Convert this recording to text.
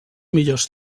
millors